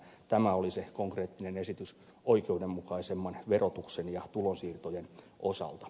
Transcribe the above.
tämä oli se konkreettinen esitys oikeudenmukaisemman verotuksen ja tulonsiirtojen osalta